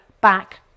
back